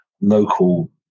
local